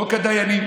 לא דיינים